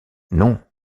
non